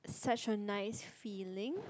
such a nice feeling